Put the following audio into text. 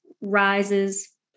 rises